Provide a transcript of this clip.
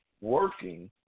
working